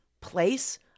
place